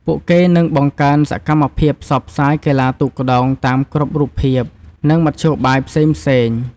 ពួកគេនឹងបង្កើនសកម្មភាពផ្សព្វផ្សាយកីឡាទូកក្ដោងតាមគ្រប់រូបភាពនឹងមធ្យោបាយផ្សេងៗ។